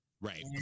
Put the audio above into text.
Right